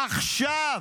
עכשיו.